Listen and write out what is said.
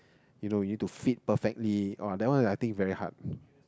you know you need to fit perfectly [wah] that one I think very hard